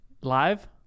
Live